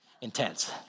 intense